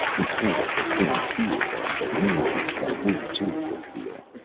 in spite of the same fear of the nameless that we too could feel.